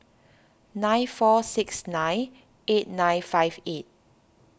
nine four six nine eight nine five eight